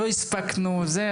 לא הספקנו זה,